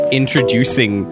introducing